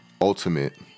ultimate